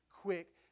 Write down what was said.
quick